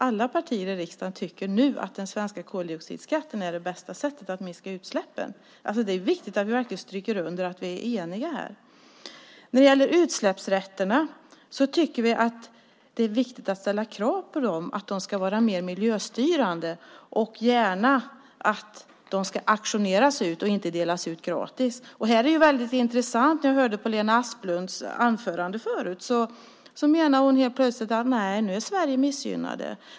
Alla partier i riksdagen tycker nu att den svenska koldioxidskatten är det bästa sättet att minska utsläppen. Det är viktigt att vi verkligen stryker under att vi är eniga här. När det gäller utsläppsrätterna tycker vi att det är viktigt att ställa krav. De ska vara mer miljöstyrande, och de ska gärna auktioneras ut och inte delas ut gratis. Det var intressant att lyssna på Lena Asplunds anförande. Hon menade helt plötsligt att Sverige är missgynnat.